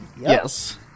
Yes